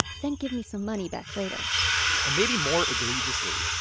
then give me some money back later and maybe more egregiously,